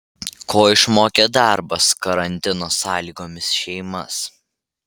ko išmokė darbas karantino sąlygomis šeimas